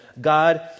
God